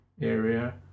area